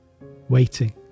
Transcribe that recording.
Waiting